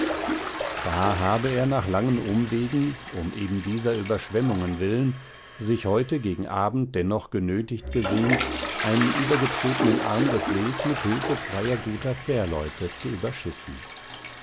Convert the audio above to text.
da habe er nach langen umwegen um ebendieser überschwemmungen willen sich heute gegen abend dennoch genötigt gesehn einen übergetretnen arm des sees mit hülfe zweier guten fährleute zu überschiffen